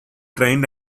trained